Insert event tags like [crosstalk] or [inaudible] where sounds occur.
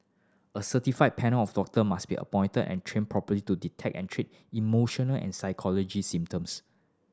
a certified panel of doctor must be appointed and trained properly to detect and treat emotional and [unintelligible] symptoms